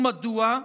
מדוע?